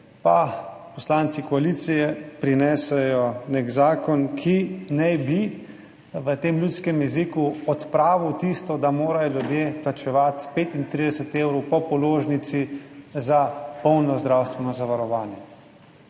poslanci koalicije prinesejo nek zakon, ki naj bi v tem ljudskem jeziku odpravil tisto, da morajo ljudje plačevati 35 evrov po položnici za polno zdravstveno zavarovanje.